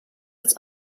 its